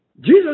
Jesus